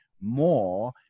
more